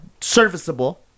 serviceable